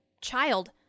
child